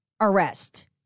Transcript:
arrest